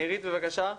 אירית, בבקשה.